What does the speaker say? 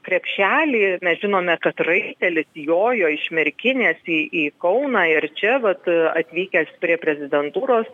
krepšelį mes žinome kad raitelis jojo iš merkinės į kauną ir čia vat atvykęs prie prezidentūros